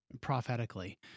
prophetically